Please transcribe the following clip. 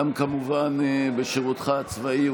גם בשירותך הצבאי,